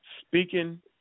speaking